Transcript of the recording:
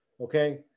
Okay